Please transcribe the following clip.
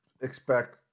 Expect